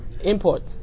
imports